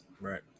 Right